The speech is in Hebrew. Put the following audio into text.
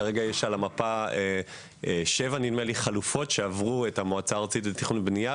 כרגע יש על המפה שבע חלופות שעברו את המועצה הארצית לתכנון ובנייה,